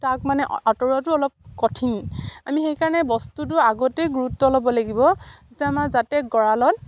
তাক মানে আঁতৰাটো অলপ কঠিন আমি সেইকাৰণে বস্তুটো আগতেই গুৰুত্ব ল'ব লাগিব যে আমাৰ যাতে গঁৰালত